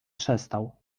przestał